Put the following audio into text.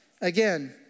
again